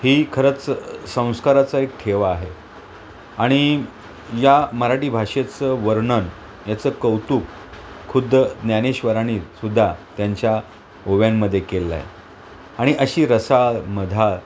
ही खरंच संस्काराचा एक ठेवा आहे आणि या मराठी भाषेचं वर्णन याचं कौतुक खुद्द ज्ञानेश्वरांनीसुद्धा त्यांच्या ओव्यांमध्ये केलेलं आहे आणि अशी रसाळ मधाळ